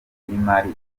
y’imari